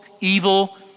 evil